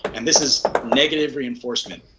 and this is negative reinforcement,